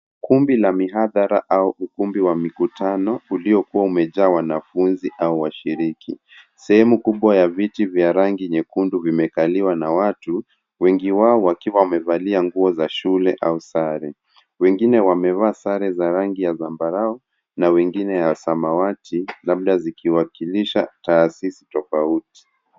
Kumbi la mihadhara au ukumbi wa mikutano uliokuwa umejaa wanafunzi au washiriki. Sehemu kubwa ya viti vya rangi nyekundu vimekaliwa na watu, wengi wao wakiwa wamevalia nguo za shule au sare. Wengine wamevaa sare za rangi ya zamabarau na wengine ya samawati, labda zikiwakilisha taasisi tofauti.